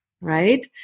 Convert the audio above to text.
right